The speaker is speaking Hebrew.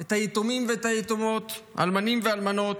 את היתומים והיתומות, האלמנים והאלמנות,